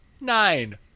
nine